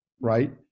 Right